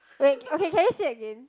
wait okay can you say again